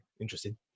interesting